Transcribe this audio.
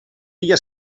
dia